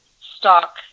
stock